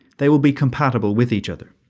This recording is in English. they will be compatible with each other.